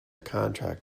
contract